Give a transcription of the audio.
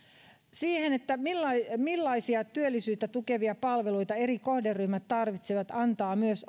siihen millaisia työllisyyttä tukevia palveluita eri kohderyhmät tarvitsevat annetaan myös